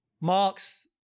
Marx